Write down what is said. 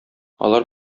алар